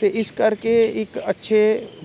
ਅਤੇ ਇਸ ਕਰਕੇ ਇੱਕ ਅੱਛੇ